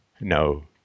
no